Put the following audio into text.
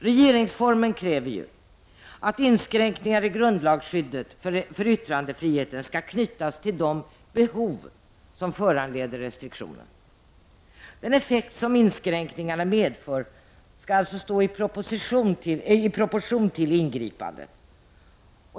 Regeringsformen kräver att inskränkningar i grundlagsskyddet för yttrandefriheten skall knytas till de behov som föranleder restriktioner. Den effekt som inskränkningarna medför skall således stå i proportion till ingripandet.